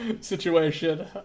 situation